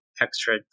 extra